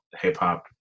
hip-hop